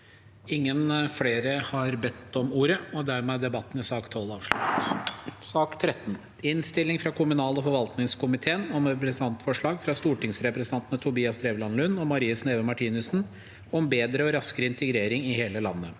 over. Flere har ikke bedt om ordet til sak nr. 12. S ak nr. 13 Innstilling fra kommunal- og forvaltningskomiteen om Representantforslag fra stortingsrepresentantene Tobias Drevland Lund og Marie Sneve Martinussen om bedre og raskere integrering i hele landet